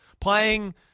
playing